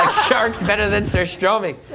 better than surstromming?